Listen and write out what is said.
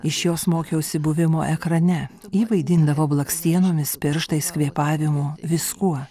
iš jos mokiausi buvimo ekrane ji vaidindavo blakstienomis pirštais kvėpavimu viskuo